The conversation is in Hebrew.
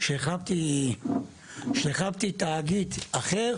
כשהחלפתי תאגיד העובד השלישי היה בסדר